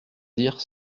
dire